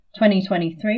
2023